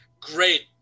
great